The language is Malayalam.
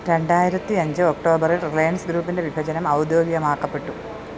രണ്ടായിരത്തി അഞ്ച് ഒക്ടോബറിൽ റിലയൻസ് ഗ്രൂപ്പിൻ്റെ വിഭജനം ഔദ്യോഗികമാക്കപ്പെട്ടു